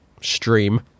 stream